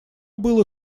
было